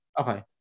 okay